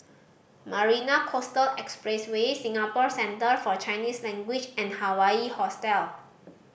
Marina Coastal Expressway Singapore Centre For Chinese Language and Hawaii Hostel